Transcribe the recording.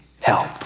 help